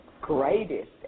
greatest